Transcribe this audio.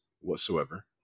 whatsoever